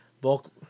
Bulk